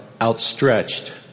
outstretched